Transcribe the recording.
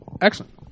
Excellent